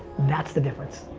that's the difference.